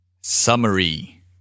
Summary